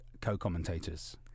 co-commentators